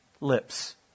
lips